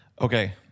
Okay